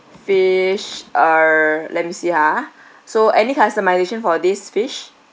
fish uh let me see ah so any customisation for this fish